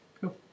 Cool